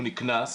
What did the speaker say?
הוא נקנס,